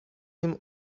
him